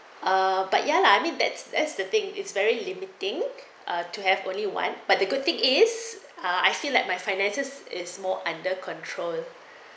uh but ya lah I mean that's that's the thing it's very limiting uh to have only one but the good thing is ah I feel like my finances is more under control